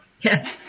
Yes